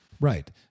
Right